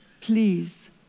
please